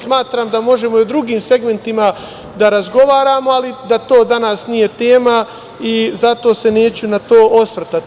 Smatram da možemo i o drugim segmentima da razgovaramo, ali da to danas nije tema i zato se neću na to osvrtati.